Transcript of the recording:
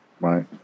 right